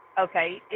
Okay